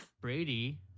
Brady